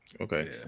Okay